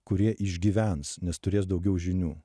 kurie išgyvens nes turės daugiau žinių